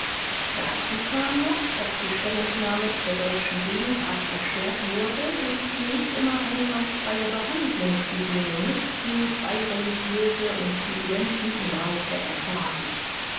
dazu kam noch daß die stellungnahme zur deutschen gegenwart erschwert wurde durch die nicht immer einwandfreie behandlung wie sie monisten freireligiöse u dissidenten im reiche erfahren